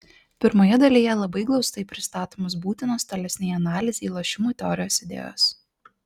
pirmoje dalyje labai glaustai pristatomos būtinos tolesnei analizei lošimų teorijos idėjos